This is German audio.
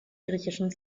griechischen